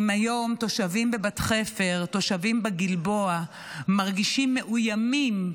אם היום תושבים בבת חפר ותושבים בגלבוע מרגישים מאוימים,